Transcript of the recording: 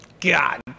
God